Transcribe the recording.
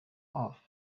off